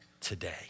today